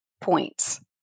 points